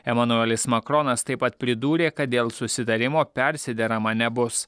emanuelis makronas taip pat pridūrė kad dėl susitarimo persiderama nebus